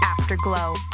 Afterglow